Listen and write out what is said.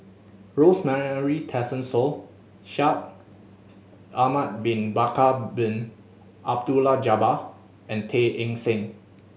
Rosemary Tessensohn Shaikh Ahmad Bin Bakar Bin Abdullah Jabbar and Tay Eng Soon